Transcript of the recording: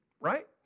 right